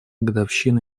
годовщина